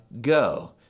go